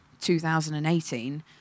2018